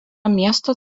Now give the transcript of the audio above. miesto